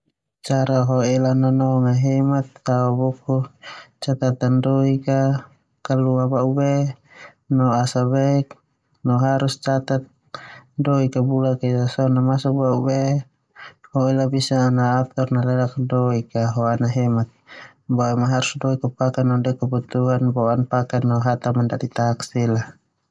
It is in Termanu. Cara ho ela au nanong a hemat. Tao buku catatan doik a kalua ba'u be no asa bek sa boe harus catat doik. Bula esa so na doik masuk ba'u be ho ela bisa atur doik a hemat, boema doik a harus paken no kebutuhan sodan no bo'o pake doik a neu foya foya.